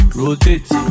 rotate